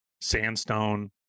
sandstone